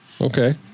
Okay